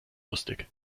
lustig